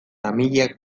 tamilek